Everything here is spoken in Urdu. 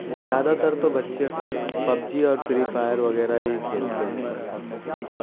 زیادہ تر تو بچے پبجی اور فری فائر وغیرہ ہی کھیلتے ہیں